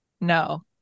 no